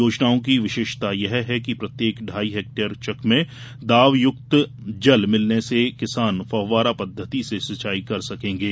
योजनाओं की विशेषता यह है कि प्रत्येक ढाई हेक्टेयर चक में दाबयुक्त जल मिलने से किसान फौव्वारा पद्धति से सिंचाई कर सकेंगे